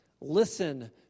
Listen